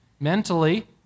Mentally